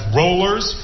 rollers